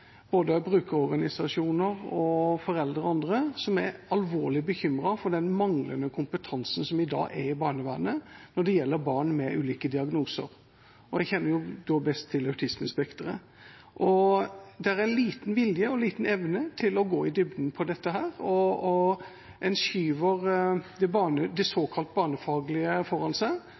både brukerorganisasjoner og foreldre og andre som er alvorlig bekymret for den manglende kompetansen som i dag er i barnevernet når det gjelder barn med ulike diagnoser. Jeg kjenner da best til autismespekteret. Det er liten vilje og evne til å gå i dybden på dette, og en skyver det såkalt barnefaglige foran seg